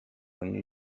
ogni